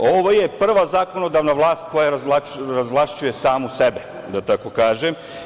Ovo je prva zakonodavna vlast koja razvlašćuje samu sebe, da tako kažem.